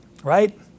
right